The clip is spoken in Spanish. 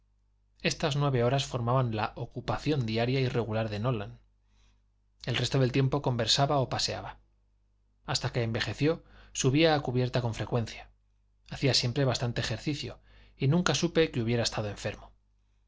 estas nueve horas formaban la ocupación diaria y regular de nolan el resto del tiempo conversaba o paseaba hasta que envejeció subía a cubierta con frecuencia hacia siempre bastante ejercicio y nunca supe que hubiera estado enfermo